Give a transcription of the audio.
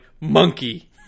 monkey